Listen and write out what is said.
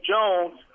Jones